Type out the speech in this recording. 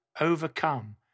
overcome